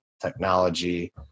technology